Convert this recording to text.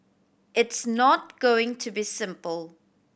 it's not going to be simple